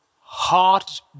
heart